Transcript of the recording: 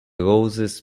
roses